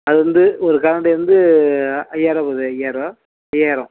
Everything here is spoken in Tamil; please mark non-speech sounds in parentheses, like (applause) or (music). அது வந்து ஒரு (unintelligible) வந்து ஐயாயிர்ருபா போது ஐயாயிர்ருபா ஐயாயிரம்